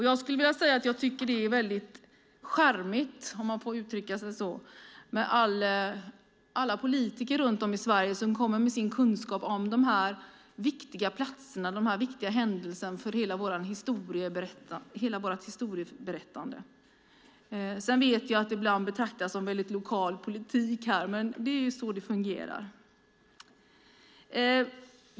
Jag tycker att det är charmigt med alla politiker som kommer med sin kunskap om dessa platser och händelser som är så viktiga för vårt historieberättande. Det betraktas ibland som lokal politik, men det är så det fungerar.